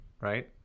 right